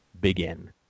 begin